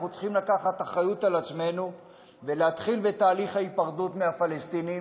אנחנו צריכים לקחת אחריות על עצמנו ולהתחיל בתהליך ההיפרדות מהפלסטינים,